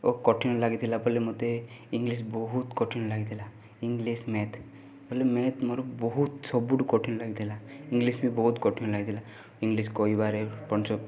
ଓ କଠିନ ଲାଗିଥିଲା ବୋଲି ମୋତେ ଇଂଲିଶ୍ ବହୁତ କଠିନ ଲାଗିଥିଲା ଇଂଲିଶ୍ ମ୍ୟାଥ୍ ବୋଲି ମ୍ୟାଥ୍ ମୋର ବହୁତ ସବୁଠୁ କଠିନ ଲାଗିଥିଲା ଇଂଲିଶ୍ ବି ବହୁତ କଠିନ ଲାଗିଥିଲା ଇଂଲିଶ୍ କହିବାରେ